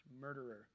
murderer